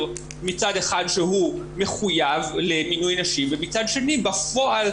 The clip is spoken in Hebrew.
מצד אחד שהוא מחויב למינוי נשים ומצד שני בפועל,